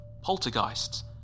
poltergeists